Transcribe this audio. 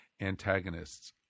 antagonists